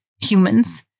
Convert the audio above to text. humans